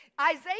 Isaiah